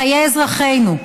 חיי אזרחינו.